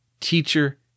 teacher